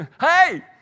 Hey